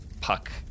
Puck